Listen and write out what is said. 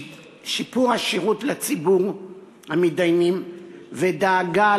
שיפור השירות לציבור המתדיינים ודאגה